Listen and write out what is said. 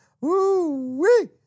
Woo-wee